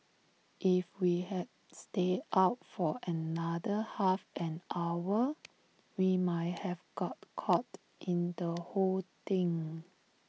if we had stayed out for another half an hour we might have got caught in the whole thing